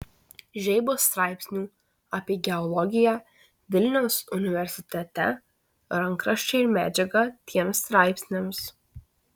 žeibos straipsnių apie geologiją vilniaus universitete rankraščiai ir medžiaga tiems straipsniams